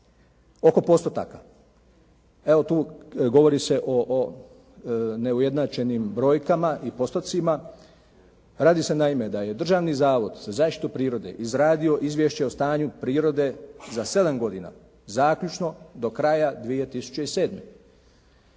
Oko postotaka. Evo tu govori se o neujednačenim brojkama i postocima. Radi se naime da je Državni zavod za zaštitu prirode izradio izvješće o stanju prirode za 7 godina zaključno do kraja 2007.